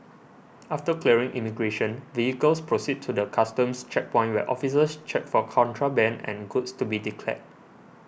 after clearing immigration vehicles proceed to the Customs checkpoint where officers check for contraband and goods to be declared